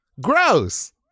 Gross